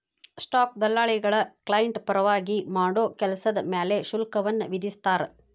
stock ದಲ್ಲಾಳಿಗಳ client ಪರವಾಗಿ ಮಾಡೋ ಕೆಲ್ಸದ್ ಮ್ಯಾಲೆ ಶುಲ್ಕವನ್ನ ವಿಧಿಸ್ತಾರ